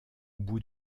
bout